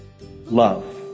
Love